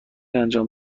انجام